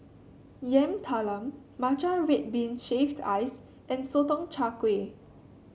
Yam Talam Matcha Red Bean Shaved Ice and Sotong Char Kway